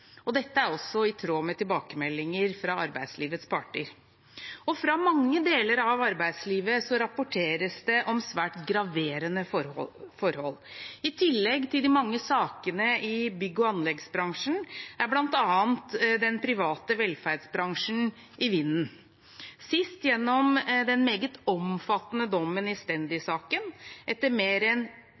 Dette er også i tråd med tilbakemeldinger fra arbeidslivets parter. Fra mange deler av arbeidslivet rapporteres det om svært graverende forhold. I tillegg til de mange sakene i bygg- og anleggsbransjen er bl.a. den private velferdsbransjen i vinden, sist gjennom den meget omfattende dommen i Stendi-saken. Etter en mer enn